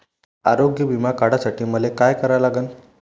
आरोग्य बिमा काढासाठी मले काय करा लागन?